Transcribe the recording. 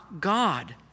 God